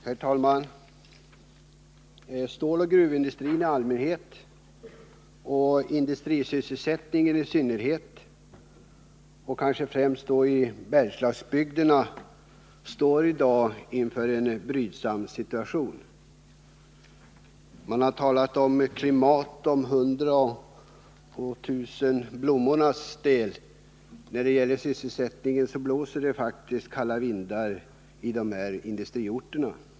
Herr talman! Ståloch gruvindustrin i allmänhet och industrisysselsättningen i synnerhet, kanske främst i Bergslagsbygderna, står i dag inför en brydsam situation. Man har talat om klimatet och om de hundra och tusen blommorna. Men när det gäller sysselsättningen blåser det faktiskt kalla vindar i industriorterna i Bergslagen.